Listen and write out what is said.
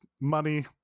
money